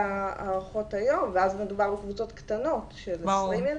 להארכות היום ואז מדובר בקבוצות קטנות של 20 ילדים,